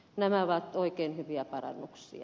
nämä ovat oikein hyviä parannuksia